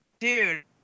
Dude